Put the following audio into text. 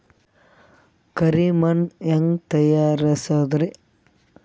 ಕರಿ ಮಣ್ ಹೆಂಗ್ ತಯಾರಸೋದರಿ?